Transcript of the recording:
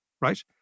right